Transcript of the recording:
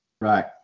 Right